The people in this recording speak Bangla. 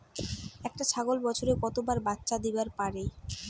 একটা ছাগল বছরে কতবার বাচ্চা দিবার পারে?